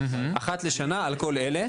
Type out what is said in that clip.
אחת לשנה על כל אלה".